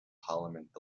parliament